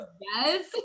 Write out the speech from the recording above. yes